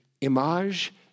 image